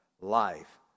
life